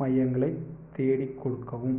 மையங்களை தேடிக் கொடுக்கவும்